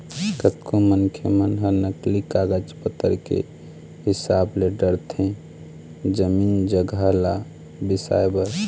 कतको मनखे मन ह नकली कागज पतर के हिसाब ले डरथे जमीन जघा ल बिसाए बर